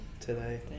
today